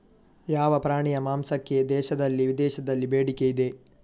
ಯಾವ ಪ್ರಾಣಿಯ ಮಾಂಸಕ್ಕೆ ದೇಶದಲ್ಲಿ ವಿದೇಶದಲ್ಲಿ ಬೇಡಿಕೆ ಇದೆ?